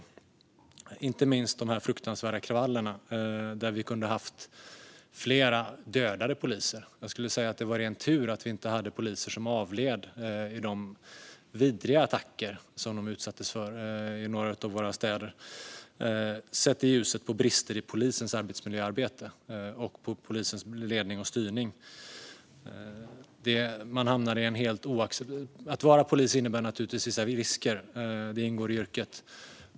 Det gäller inte minst de fruktansvärda kravallerna, där flera poliser kunde ha dödats. Jag skulle säga att det var ren tur att det inte var poliser som avled i de vidriga attacker som de utsattes för i några av våra städer. Det här sätter ljuset på brister i polisens arbetsmiljöarbete och polisens ledning och styrning. Att vara polis innebär naturligtvis vissa risker. Det ingår i yrket.